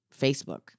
Facebook